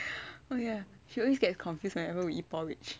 oh ya she always gets confused whenever we eat porridge